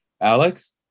Alex